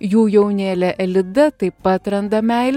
jų jaunėlė elida taip pat randa meilę